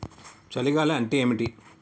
చలి గాలి అంటే ఏమిటి?